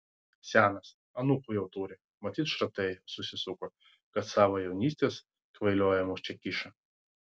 senas anūkų jau turi matyt šratai susisuko kad savo jaunystės kvailiojimus čia kiša